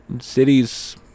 cities